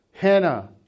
Hannah